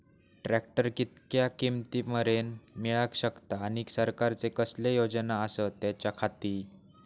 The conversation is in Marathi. ट्रॅक्टर कितक्या किमती मरेन मेळाक शकता आनी सरकारचे कसले योजना आसत त्याच्याखाती?